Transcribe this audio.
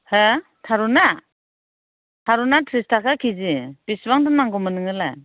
हा थारुना थारुना त्रिस थाखा केजि बिसिबांथो नांगौमोन नोंनोलाय